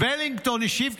ולינגטון השיב,